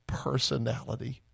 personality